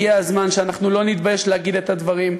הגיע הזמן שאנחנו לא נתבייש להגיד את הדברים,